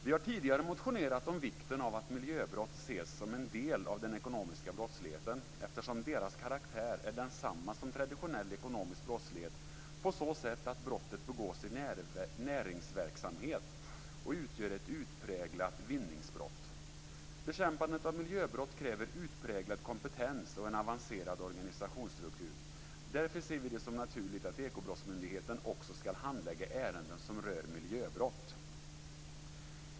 Vi har tidigare motionerat om vikten av att miljöbrott ses som en del av den ekonomiska brottsligheten eftersom de har samma karaktär som traditionell ekonomisk brottslighet, på så sätt att brottet begås i näringsverksamhet och utgör ett utpräglat vinningsbrott. Bekämpandet av miljöbrott kräver utpräglad kompetens och en avancerad organisationsstruktur. Därför ser vi det som naturligt att Ekobrottsmyndigheten också skall handlägga ärenden som rör miljöbrott.